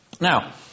Now